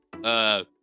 Uh